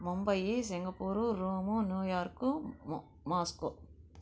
Mumbai Singapore Rome New York Moscow